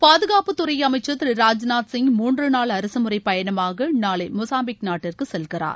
பாதுகாப்புத் துறை அமைச்சர் திரு ராஜ்நாத் சிங் மூன்று நாள் அரசுமுறை பயணமாக நாளை மொசாம்பிக் நாட்டிற்கு செல்கிறார்